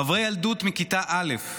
חברי ילדות מכיתה א',